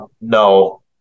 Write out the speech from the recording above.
No